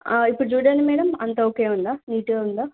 ఇప్పుడు చూడండి మేడమ్ అంత ఓకే ఉందా నీటుగా ఉందా